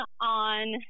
on